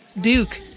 Duke